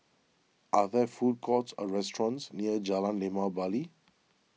are there food courts or restaurants near Jalan Limau Bali